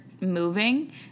moving